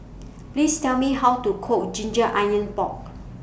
Please Tell Me How to Cook Ginger Onions Pork